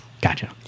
gotcha